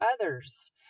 others